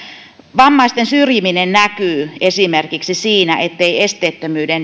vammaisten syrjiminen näkyy esimerkiksi siinä ettei esteettömyyden